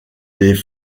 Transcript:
des